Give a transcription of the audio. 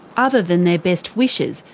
other than their best wishes,